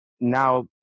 now